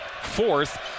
fourth